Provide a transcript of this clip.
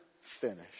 finished